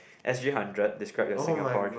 S_G hundred describe your Singapore